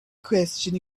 question